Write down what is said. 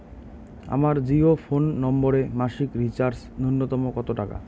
আমার জিও ফোন নম্বরে মাসিক রিচার্জ নূন্যতম কত টাকা?